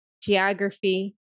geography